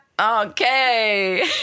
Okay